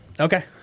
Okay